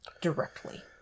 directly